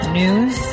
news